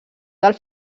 del